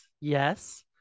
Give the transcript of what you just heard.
yes